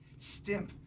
stimp